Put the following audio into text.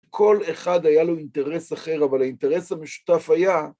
כל אחד היה לו אינטרס אחר, אבל האינטרס המשותף היה..